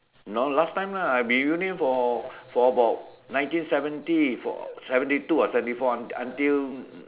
no last time lah I been union for for about nineteen seventy for seventy two or seventy four aunt until